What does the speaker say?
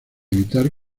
evitar